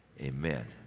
Amen